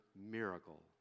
miracle